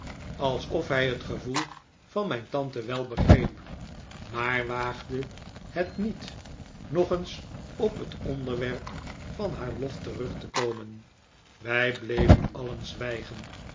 alsof hij het gevoel van mijn tante wel begreep maar waagde het niet nog eens op het onderwerp van haar lof terug te komen wij bleven alien zwijgen